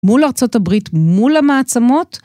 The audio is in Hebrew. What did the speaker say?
מול ארצות הברית, מול המעצמות.